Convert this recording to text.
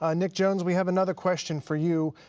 ah nick jones, we have another question for you.